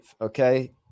okay